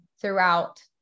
throughout